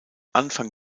anfang